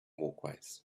walkways